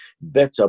better